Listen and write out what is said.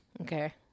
Okay